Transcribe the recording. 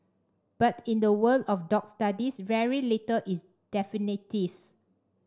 but in the world of dog studies very little is definitive